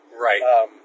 Right